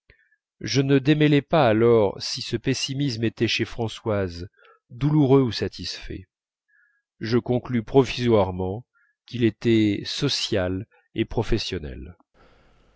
je ne démêlais pas alors si ce pessimisme était chez françoise douloureux ou satisfait je conclus provisoirement qu'il était social et professionnel